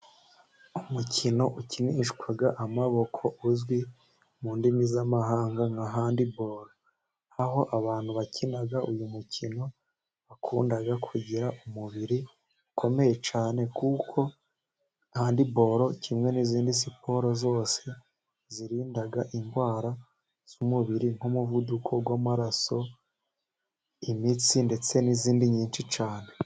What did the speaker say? Umukino ukinishwa amaboko uzwi mu zindi ndimi z'amahanga nka handibolo, aho abantu bakina uyu mukino bakunda kugira umubiri ukomeye cyane, kuko handibolo kimwe n'izindi siporo zose zirinda indwara z'umubiri, nk'umuvuduko w'amaraso, imitsi, ndetse n'izindi nyinshi cyane.